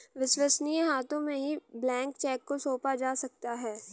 विश्वसनीय हाथों में ही ब्लैंक चेक को सौंपा जा सकता है